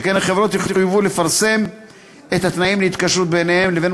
שכן החברות יחויבו לפרסם את התנאים להתקשרות ביניהן לבין